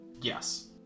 yes